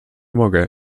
mogę